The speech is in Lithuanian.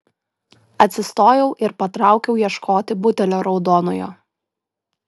atsistojau ir patraukiau ieškoti butelio raudonojo